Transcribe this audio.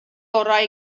orau